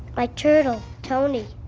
my turtle tony.